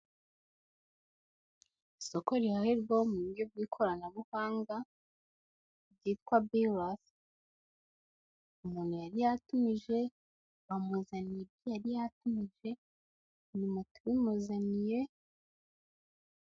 Isoko rihahirwaho mu buryo bw'ikoranabuhanga ryitwa Birasi, umuntu yari yatumije bamuzaniye ibyo yari yatumije, ni moto ibimuzaniye.